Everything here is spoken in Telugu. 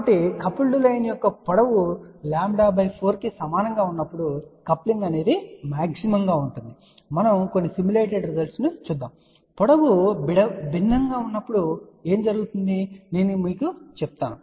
కాబట్టి కపుల్డ్ లైన్ యొక్క పొడవు λ 4 కు సమానంగా ఉన్నప్పుడు కప్లింగ్ అనేది మాక్సిమమ్ గా ఉంటుంది మనం కొన్ని సిమ్యులేటేడ్ రిజల్ట్స్ చూస్తాము మరియు పొడవు భిన్నంగా ఉన్నప్పుడు ఏమి జరుగుతుందో నేను మీకు చూపిస్తాను